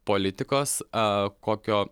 politikos a kokio